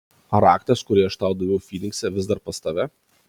ar raktas kurį aš tau daviau fynikse vis dar pas tave